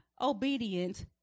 obedience